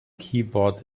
keyboard